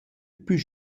plü